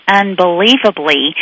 unbelievably